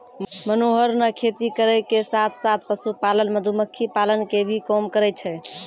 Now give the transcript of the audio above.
मनोहर नॅ खेती करै के साथॅ साथॅ, पशुपालन, मधुमक्खी पालन के भी काम करै छै